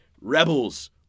Rebels